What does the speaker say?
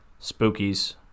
spookies